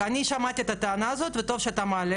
אני שמעתי את הטענה הזאת וטוב שאתה מעלה